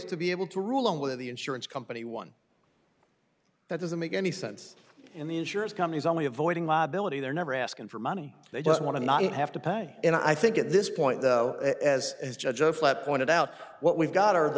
to be able to rule on with the insurance company one that doesn't make any sense in the insurance companies only avoiding liability they're never asking for money they just want to not have to pay and i think at this point though as is joe flip pointed out what we've got are the